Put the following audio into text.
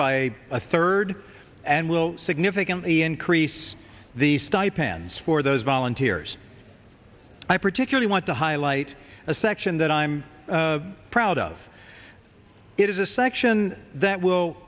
by a third and will significantly increase the stipends for those volunteers i particularly want to highlight a section that i'm proud of it is a section that will